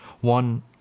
one